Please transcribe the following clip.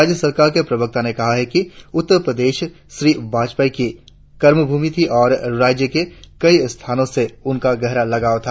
राज्य सरकार के प्रवक्ता ने कहा कि उत्तर प्रदेश श्री वाजपेयी की कर्मभ्रमि थी और राज्य के खी स्थानो से उसका गहरा लगाव था